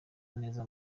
neza